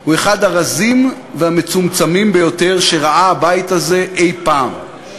הוא אחד הרזים והמצומצמים ביותר שראה הבית הזה אי-פעם.